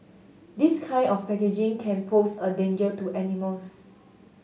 this kind of packaging can pose a danger to animals